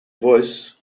voice